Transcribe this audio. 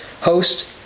host